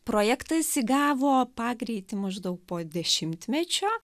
projektais įgavo pagreitį maždaug po dešimtmečio